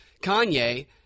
Kanye